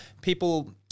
people